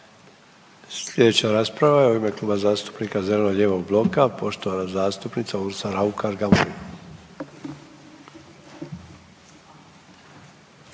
Slijedeća rasprava je u ime Kluba zastupnika zeleno-lijevog bloka, poštovana zastupnica Urša Raukar Gamulin.